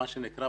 מה שנקרא,